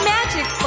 Magic